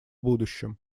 будущем